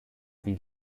wie